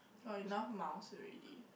got enough mouse already